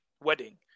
wedding